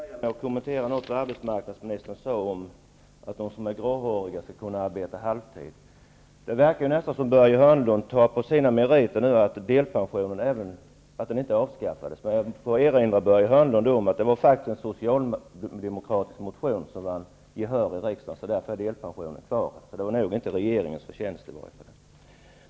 Herr talman! Jag vill börja med att kommentera vad arbetsmarknadsministern sade om att de som är gråhåriga skall kunna arbeta halvtid. Det verkar nästan som om Börje Hörnlund nu räknar till sina meriter att delpensionen inte avskaffades. Får jag då erinra Börje Hörnlund om att det faktiskt var en socialdemokratisk motion som vann gehör i riksdagen och att det är därför som delpensionen är kvar. Det var i varje fall inte regeringens förtjänst.